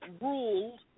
ruled